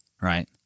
right